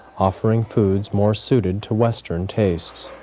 offering foods more suited to western tastes.